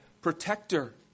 protector